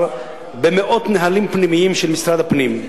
במאות נהלים פנימיים של משרד הפנים.